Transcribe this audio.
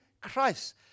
Christ